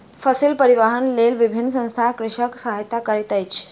फसिल परिवाहनक लेल विभिन्न संसथान कृषकक सहायता करैत अछि